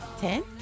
ten